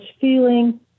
feeling